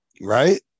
right